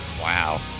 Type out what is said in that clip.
Wow